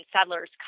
settlers